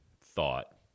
thought